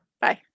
Bye